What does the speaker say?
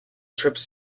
trips